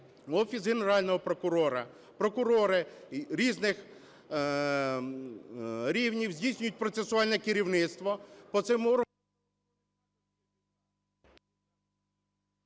Офіс Генерального прокурора, прокурори різних рівнів здійснюють процесуальне керівництво